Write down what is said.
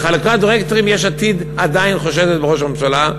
בחלוקת דירקטורים יש עתיד עדיין חושדת בראש הממשלה,